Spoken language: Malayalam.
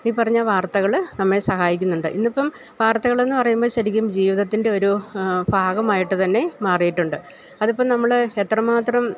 ഈ പറഞ്ഞ വാർത്തകള് നമ്മെ സഹായിക്കുന്നുണ്ട് ഇന്നിപ്പം വാർത്തകളെന്ന് പറയുമ്പോള് ശരിക്കും ജീവിതത്തിൻ്റെ ഒരു ഭാഗമായിട്ട് തന്നെ മാറിയിട്ടുണ്ട് അതിപ്പം നമ്മളെത്ര മാത്രം